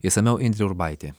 išsamiau indrė urbaitė